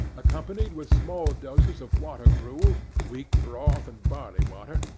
accompanied with small doses of water-gruel, weak broth, and barley-water,